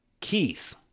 Keith